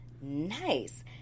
nice